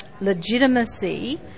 legitimacy